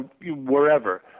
wherever